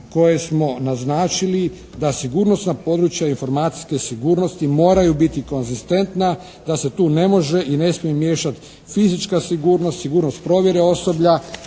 koje smo naznačili da sigurnosna područja informacijske sigurnosti moraju biti konzistentna. Da se tu ne može i ne smije miješati fizička sigurnost, sigurnost provjere osoblja